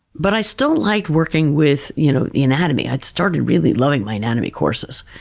but i still liked working with you know the anatomy. i'd started really loving my anatomy courses.